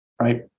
right